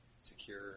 secure